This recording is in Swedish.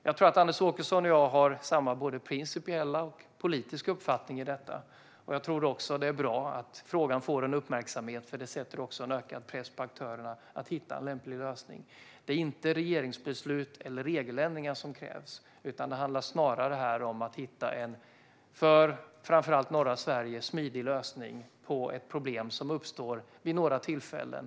Jag tror att Anders Åkesson och jag har samma både principiella och politiska uppfattning om detta. Jag tror också att det är bra att frågan får uppmärksamhet, eftersom det sätter en ökad press på aktörerna att hitta en lämplig lösning. Det är inte regeringsbeslut eller regeländringar som krävs. Det handlar här snarare om att hitta en för framför allt norra Sverige smidig lösning på ett problem som uppstår vid några tillfällen.